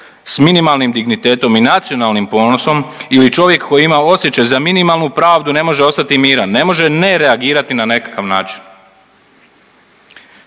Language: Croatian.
s minimalnim dignitetom i nacionalnim ponosom ili čovjek koji ima osjećaj za minimalnu pravdu ne može ostati miran, ne može ne reagirati na nekakav način.